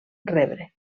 rebre